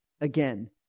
again